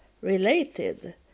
related